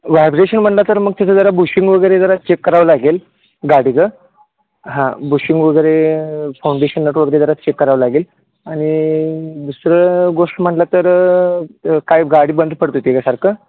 vibration म्हणलं तर मग तिचं जरा बुशिंग वगैरे जरा चेक करावं लागेल गाडीचं हां बुशिंग वगैरे फाउंडेशन नट वगैरे जरा चेक करावं लागेल आणि दुसरं गोष्ट म्हणलं तर काय गाडी बंद पडत होती काय सारखं